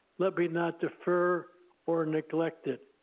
let me not differ or neglect it,